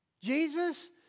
Jesus